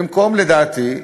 לדעתי,